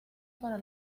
para